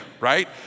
right